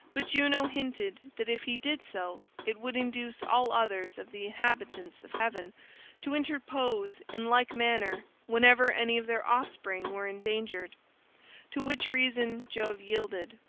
but juno hinted that if he did so it would induce all others of the inhabitants of heaven to interpose in like manner whenever any of their offspring were endangered to which reason jove yielded.